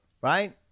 right